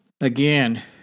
again